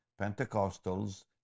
Pentecostals